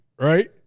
right